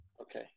Okay